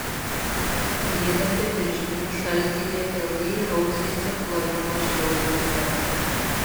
vyras be pirštinių šaltyje ilgai rausėsi klojimo šiauduose